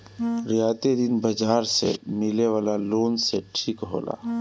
रियायती ऋण बाजार से मिले वाला लोन से ठीक होला